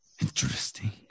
Interesting